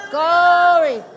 Glory